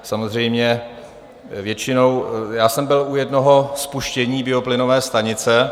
Samozřejmě většinou... já jsem byl u jednoho spuštění bioplynové stanice.